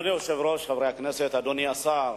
אדוני היושב-ראש, חברי הכנסת, אדוני השר,